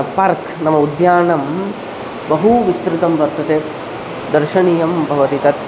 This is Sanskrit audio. पार्क् नाम उद्यानं बहु विस्तृतं वर्तते दर्शनीयं भवति तत्